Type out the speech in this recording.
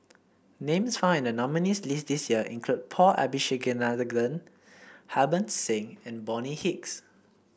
names found in the nominees' list this year include Paul Abisheganaden Harbans Singh and Bonny Hicks